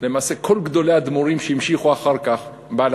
למעשה כל גדולי האדמו"רים שהמשיכו אחר כך, בעל